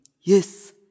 Yes